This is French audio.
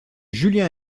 julien